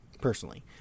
personally